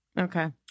okay